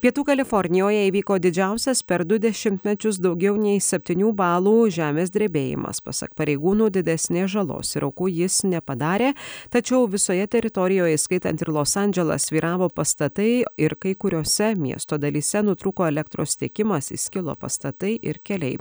pietų kalifornijoje įvyko didžiausias per du dešimtmečius daugiau nei septynių balų žemės drebėjimas pasak pareigūnų didesnės žalos ir aukų jis nepadarė tačiau visoje teritorijoje įskaitant ir los andželą svyravo pastatai ir kai kuriose miesto dalyse nutrūko elektros tiekimas įskilo pastatai ir keliai